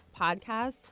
podcast